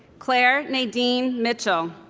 claire nadine mitchell